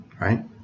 Right